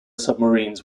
submarines